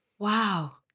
Wow